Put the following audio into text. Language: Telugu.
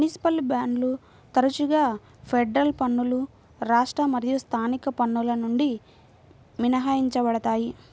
మునిసిపల్ బాండ్లు తరచుగా ఫెడరల్ పన్నులు రాష్ట్ర మరియు స్థానిక పన్నుల నుండి మినహాయించబడతాయి